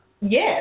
yes